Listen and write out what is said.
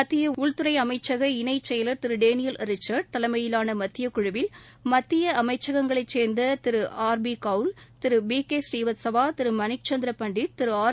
மத்திய உள்துறை அமைச்சக இணைச் செயலர் டேனியல் ரிச்சர்டு தலைமையிலான மத்தியக் குழுவில் மத்திய அமைச்சங்களைச் சேர்ந்த திரு ஆர் பி கவுல் திரு பி கே ஸ்ரீவத்சவா திரு மணிச்ச்நிதர பண்டிட் திரு ஆர்